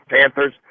Panthers